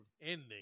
ending